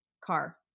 Car